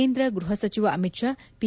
ಕೇಂದ್ರ ಗ್ಬಹ ಸಚಿವ ಅಮಿತ್ ಷಾ ಪಿ